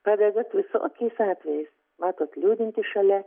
padedat visokiais atvejais matot liūdintį šalia